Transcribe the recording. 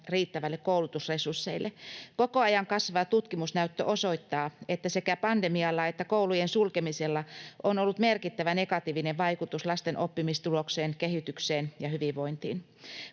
riittäville koulutusresursseille. Koko ajan kasvava tutkimusnäyttö osoittaa, että sekä pandemialla että koulujen sulkemisella on ollut merkittävä negatiivinen vaikutus lasten oppimistulokseen, kehitykseen ja hyvinvointiin.